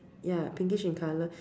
ya pinkish in color